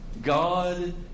God